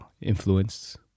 influenced